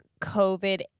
COVID